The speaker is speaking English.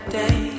day